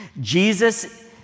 Jesus